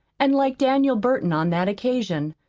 and like daniel burton on that occasion,